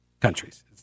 countries